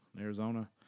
Arizona